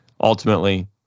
Ultimately